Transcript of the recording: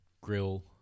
grill